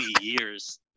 years